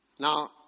Now